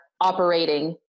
operating